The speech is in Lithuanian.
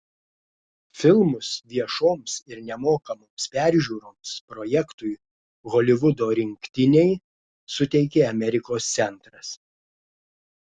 filmus viešoms ir nemokamoms peržiūroms projektui holivudo rinktiniai suteikė amerikos centras